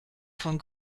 von